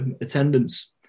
attendance